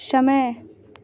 समय